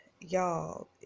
y'all